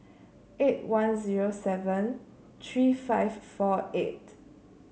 eight one zero seven three five four eight